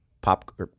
pop